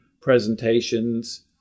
presentations